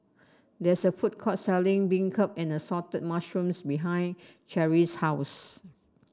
there is a food court selling beancurd and Assorted Mushrooms behind Cherri's house